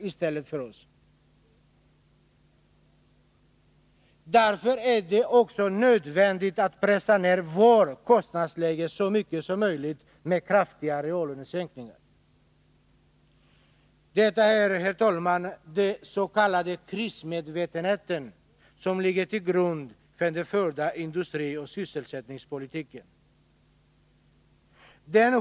Därför är det också nödvändigt att pressa ned ”vårt” kostnadsläge så mycket som möjligt med kraftiga reallönesäkningar. Det är, herr talman, den s.k. prismedvetenheten som ligger till grund för den förda industrioch sysselsättningspolitiken.